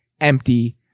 empty